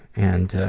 and